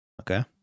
Okay